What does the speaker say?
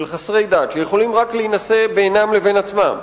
של חסרי דת, שיכולים רק להינשא בינם לבין עצמם,